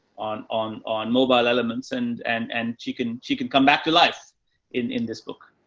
on, on, on mobile elements and, and, and she can, she can come back to life in in this book.